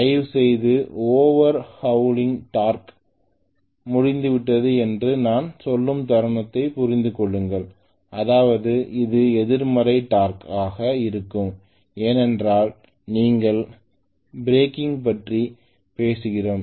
தயவுசெய்து over hauling torque முடிந்துவிட்டது என்று நான் சொல்லும் தருணத்தைப் புரிந்து கொள்ளுங்கள் அதாவது இது எதிர்மறை டார்க் ஆக இருக்கும் ஏனெனில் நாங்கள் பிரேக்கிங் பற்றி பேசுகிறோம்